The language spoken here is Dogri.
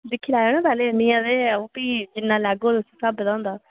दिक्खी लैयो ना तां आह्निए ते फ्ही जिन्ना लैगो ते उस स्हाबै दा हुंदा